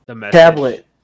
tablet